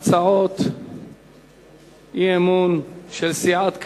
הצעת אי-אמון של סיעת קדימה.